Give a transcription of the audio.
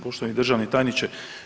Poštovani državni tajniče.